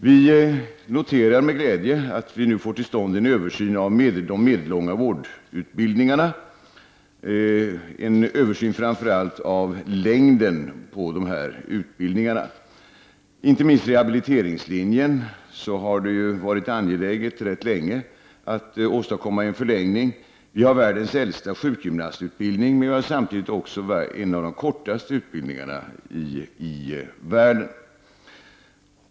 Vi noterar med glädje att vi nu får tillfälle till en översyn av de medellånga vårdutbildningarna, framför allt en översyn av utbildningarnas längd. Det har inte minst när det gäller rehabiliteringslinjen rätt länge varit angeläget att åstadkomma en förlängning. Vi har världens äldsta sjukgymnastutbildning men samtidigt en av de kortare utbildningarna i världen.